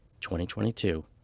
2022